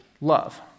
love